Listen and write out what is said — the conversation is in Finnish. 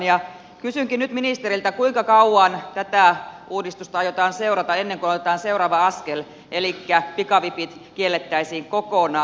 kysynkin nyt ministeriltä kuinka kauan tätä uudistusta aiotaan seurata ennen kuin otetaan seuraava askel elikkä pikavipit kielletään kokonaan